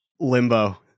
Limbo